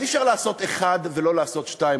אז אי-אפשר לעשות 1 ולא לעשות 2,